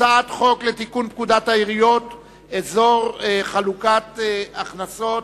הצעת חוק לתיקון פקודת העיריות (אזור חלוקת הכנסות),